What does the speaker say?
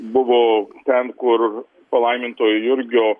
buvo ten kur palaimintojo jurgio